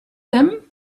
them